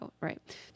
Right